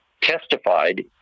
testified